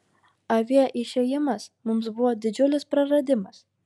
avie išėjimas mums buvo didžiulis praradimas